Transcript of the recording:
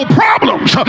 problems